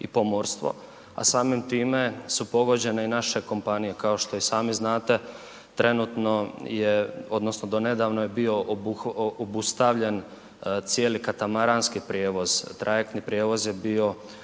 i pomorstvo a samim time su pogođene i naše kompanije. Kao što i sami znate, trenutno je odnosno do nedavno je bio obustavljen cijeli katamaranski prijevoz, trajektni prijevoz je bio